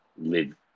live